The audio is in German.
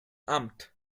amt